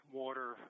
water